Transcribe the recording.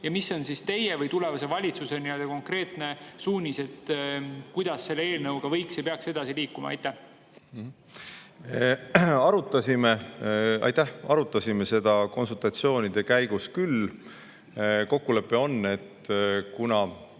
Mis on teie või tulevase valitsuse konkreetne suunis, kuidas selle eelnõuga võiks edasi liikuda ja peaks edasi liikuma? Aitäh! Arutasime seda konsultatsioonide käigus küll. Kokkulepe on, et kuna